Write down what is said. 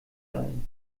ein